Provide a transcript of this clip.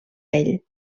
ell